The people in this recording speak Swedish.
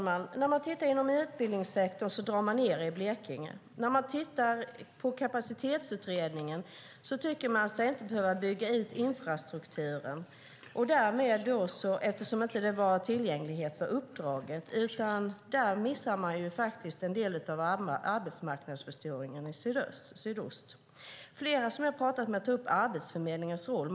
Herr talman! Inom utbildningssektorn sker neddragningar i Blekinge. Enligt Kapacitetsutredningen behöver infrastrukturen inte byggas ut eftersom tillgänglighet inte ingick i uppdraget. Där missade man faktiskt en del av arbetsmarknadsförstoringen i sydost. Flera som jag har talat med tar upp Arbetsförmedlingens roll.